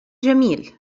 جميل